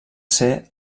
ser